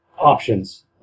options